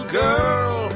girl